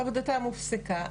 עבודתם הופסקה,